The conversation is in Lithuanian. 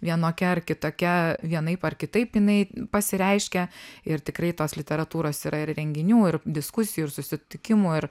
vienokia ar kitokia vienaip ar kitaip jinai pasireiškia ir tikrai tos literatūros yra ir renginių ir diskusijų ir susitikimų ir